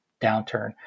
downturn